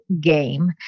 game